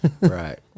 Right